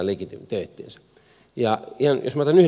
jos minä otan yhden esimerkin